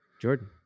Jordan